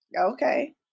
Okay